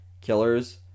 killers